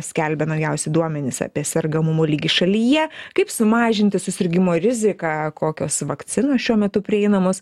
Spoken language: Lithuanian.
skelbia naujausi duomenys apie sergamumo lygį šalyje kaip sumažinti susirgimo riziką kokios vakcinos šiuo metu prieinamos